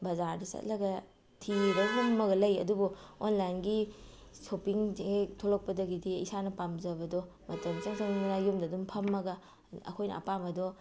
ꯕꯖꯥꯔꯗ ꯆꯠꯂꯒ ꯊꯤꯔ ꯍꯨꯝꯃꯒ ꯂꯩ ꯑꯗꯨꯕꯨ ꯑꯣꯟꯂꯥꯏꯟꯒꯤ ꯁꯣꯞꯄꯤꯡꯁꯦ ꯍꯦꯛ ꯊꯣꯛꯂꯛꯄꯗꯒꯤꯗꯤ ꯏꯁꯥꯅ ꯄꯥꯝꯖꯕꯗꯣ ꯃꯇꯝ ꯏꯆꯪ ꯆꯪꯗꯅ ꯌꯨꯝꯗ ꯑꯗꯨꯝ ꯐꯝꯃꯒ ꯑꯩꯈꯣꯏꯅ ꯑꯄꯥꯝꯕꯗꯣ